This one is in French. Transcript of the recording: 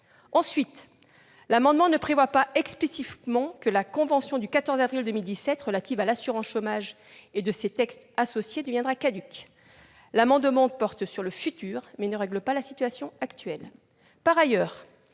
Ensuite, l'amendement ne prévoit pas explicitement que la convention du 14 avril 2017 relative à l'assurance chômage et ses textes associés deviendront caducs. L'amendement porte sur le futur, mais ne règle pas la situation actuelle.